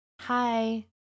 Hi